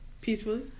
Peacefully